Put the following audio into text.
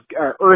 Earth